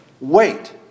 Wait